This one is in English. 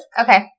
Okay